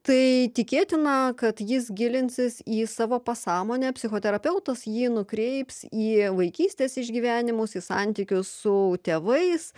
tai tikėtina kad jis gilinsis į savo pasąmonę psichoterapeutas jį nukreips į vaikystės išgyvenimus į santykius su tėvais